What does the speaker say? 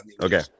Okay